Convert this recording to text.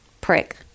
prick